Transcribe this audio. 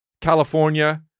California